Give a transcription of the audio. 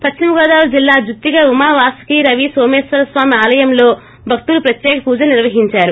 పశ్చిమగోదావరి జిల్లా జుత్తిగ ఉమావాసుకి రవినోచేశ్వర స్వామి ఆలయంలో భక్తులు ప్రత్యేక పూజలు నిర్వహిందారు